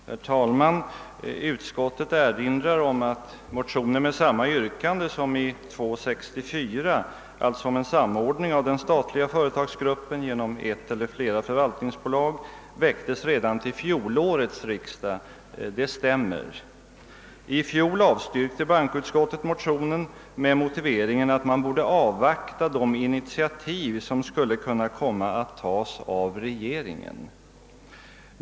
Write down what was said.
Herr talman! Utskottet erinrar om att motioner med samma yrkande som i motionen II:64, alltså om en samordning av den statliga företagsgruppen genom ett eller flera förvaltningsbolag, väcktes redan till fjolårets riksdag. Det stämmer. I fjol avstyrkte bankoutskottet motionen med motiveringen att man borde avvakta de initiativ, som skulle kunna tas av regeringen.